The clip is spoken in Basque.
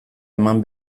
eman